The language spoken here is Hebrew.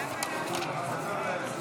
אני קובע כי ההסתייגות לא התקבלה.